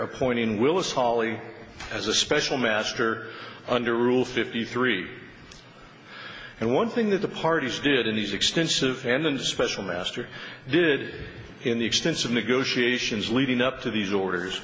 appointing willis hawley as a special master under rule fifty three and one thing that the parties did in these extensive and then special master did in the extensive negotiations leading up to these orders